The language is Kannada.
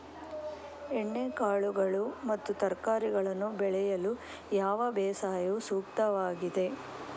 ಎಣ್ಣೆಕಾಳುಗಳು ಮತ್ತು ತರಕಾರಿಗಳನ್ನು ಬೆಳೆಯಲು ಯಾವ ಬೇಸಾಯವು ಸೂಕ್ತವಾಗಿದೆ?